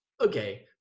okay